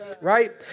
right